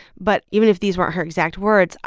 but even if these weren't her exact words,